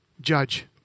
judge